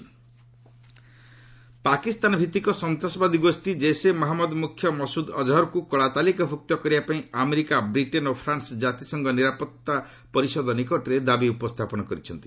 UN Azhar ପାକିସ୍ତାନଭିତ୍ତିକ ସନ୍ତାସବାଦୀ ଗୋଷୀ ଜୈସେ ମହମ୍ମଦ ମୁଖ୍ୟ ମସୁଦ୍ ଆଜ୍ହର୍କୁ କଳା ତାଲିକାଭୁକ୍ତ କରିବାପାଇଁ ଆମେରିକା ବ୍ରିଟେନ୍ ଓ ଫ୍ରାନ୍ସ୍ ଜାତିସଂଘ ନିରାପତ୍ତା ପରିଷଦ ନିକଟରେ ଦାବି ଉପସ୍ଥାପନ କରିଛନ୍ତି